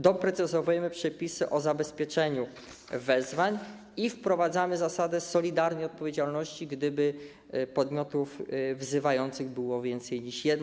Doprecyzowujemy przepisy o zabezpieczeniu wezwań i wprowadzamy zasadę solidarnej odpowiedzialności w przypadku, gdyby podmiotów wzywających było więcej niż jeden.